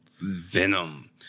Venom